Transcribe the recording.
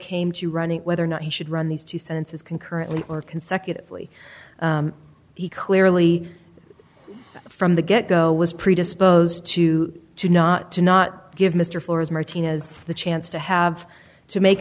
came to running whether or not he should run these two sentences concurrently or consecutively he clearly from the get go was predisposed to to not to not give mr flores martinez the chance to have to make